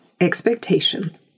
expectation